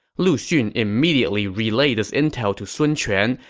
lu xun immediately relayed this intel to sun quan,